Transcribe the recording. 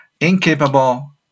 incapable